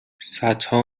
صدها